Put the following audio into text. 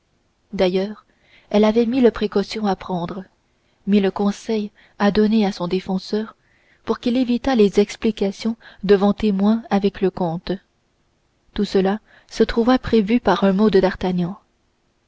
d'ailleurs elle avait mille précautions à prendre mille conseils à donner à son défenseur pour qu'il évitât les explications devant témoins avec le comte tout cela se trouva prévu par un mot de d'artagnan